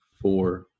four